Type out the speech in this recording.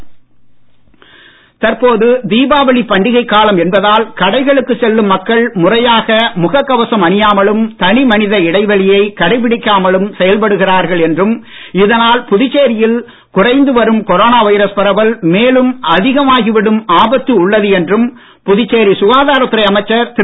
ஜன் அந்தோலன் தற்போது தீபாவளிப் பண்டிகைக் காலம் என்பதால் கடைகளுக்கு செல்லும் மக்கள் முறையாக முகக் கவசம் அணியாமலும் தனிமனித இடைவெளியை கடைபிடிக்காமலும் செயல்படுகிறார்கள் என்றும் இதனால் புதுச்சேரியில் குறைந்து வரும் கொரோனா வைரஸ் பரவல் மேலும் அதிகமாகி விடும் ஆபத்து உள்ளது என்றும் புதுச்சேரி சுகாதாரத்துறை அமைச்சர் திரு